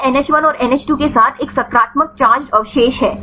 यह NH1 और NH2 के साथ एक सकारात्मक चार्जड अवशेष है